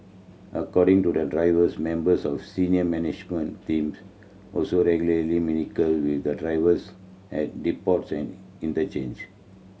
according to the drivers members of senior management team also regularly mingle with the drivers at depots and interchanges